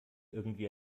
irgendwie